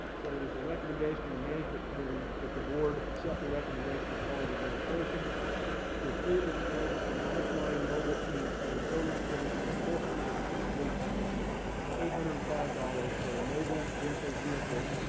so it is the recommendation of the management committee that the board accept the recommendation of college administration to approve the proposal from lifeline mobile, inc, at a total expenditure of four hundred and sixty eight thousand eight hundred and five dollars for a mobile dental vehicle,